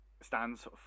stands